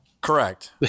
Correct